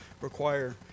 require